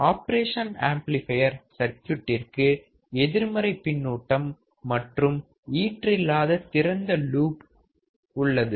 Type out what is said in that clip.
operation amplifier சர்க்குட்டிற்கு எதிர்மறை பின்னூட்டம் மற்றும் ஈற்றில்லாத திறந்த லூப் உள்ளது